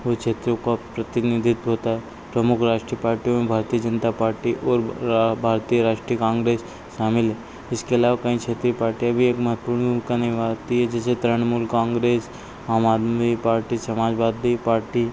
व क्षेत्रों का प्रतिनिधित्व होता है प्रमुख राष्ट्रीय पार्टियों में भारतीय जनता पार्टी और भारतीय राष्ट्रीय कांग्रेस शामिल है इसके अलावा कई क्षेत्रीय पार्टियाँ भी एक महत्वपूर्ण भूमिका निभाती है जैसे तृणमूल कॉन्ग्रेस आम आदमी पार्टी समाजवादी पार्टी